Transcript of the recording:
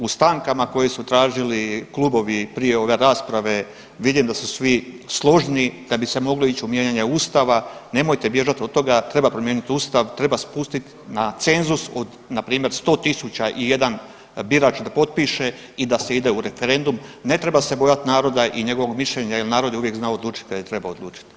U stankama koje su tražili klubovi prije ove rasprave vidim da su svi složni da bi se moglo ići u mijenjanje Ustava, nemojte bježat od toga treba promijenit Ustav, treba spustit na cenzus npr. od 100.001 birač da potpiše i da se ide u referendum ne treba se bojat naroda i njegovog mišljenja jel narod je uvijek znao odlučit kad je trebao odlučit.